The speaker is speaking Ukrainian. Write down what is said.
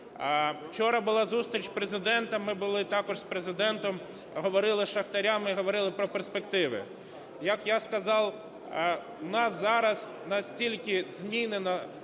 Учора була зустріч у Президента, ми були також з Президентом, говорили з шахтарями і говорили про перспективи. Як я сказав, у нас зараз настільки змінена